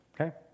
Okay